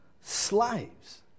slaves